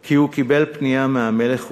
כי הוא קיבל פנייה מהמלך חוסיין,